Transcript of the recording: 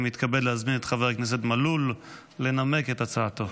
אני מתכבד להזמין את חבר הכנסת מלול לנמק את הצעתו.